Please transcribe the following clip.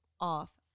off